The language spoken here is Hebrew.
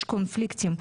יש קונפליקטים,